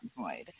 void